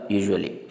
usually